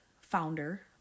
founder